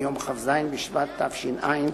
מיום כ"ז בשבט התש"ע,